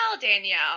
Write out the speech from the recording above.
Danielle